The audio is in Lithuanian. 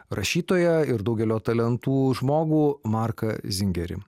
rašytoją ir daugelio talentų žmogų marką zingerį